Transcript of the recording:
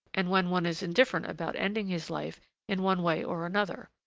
and when one is indifferent about ending his life in one way or another.